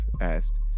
asked